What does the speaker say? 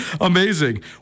Amazing